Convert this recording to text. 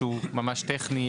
שהוא ממש טכני,